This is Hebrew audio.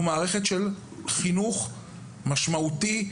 מערכת של חינוך של חינוך משמעותי וערכי.